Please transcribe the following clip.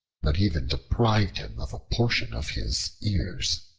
but even deprived him of a portion of his ears.